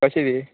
कशी दी